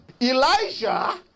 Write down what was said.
Elijah